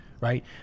right